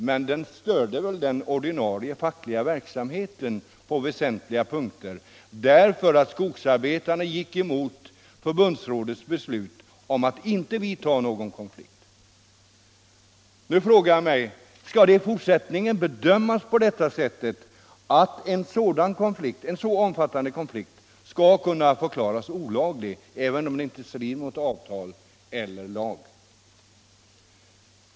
Strejken störde däremot den ordinarie fackliga verksamheten på väsentliga punkter, eftersom skogsarbetarna gick emot förbundsrådets beslut att inte vidta någon konfliktåtgärd. Nu frågar jag mig: Skall i fortsättningen en så omfattande konflikt kunna förklaras olovlig, även om den inte strider mot avtal eller lag?